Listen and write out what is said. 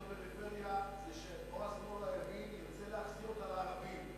בפריפריה זה שאו השמאל או הימין ירצה להחזיר אותה לערבים,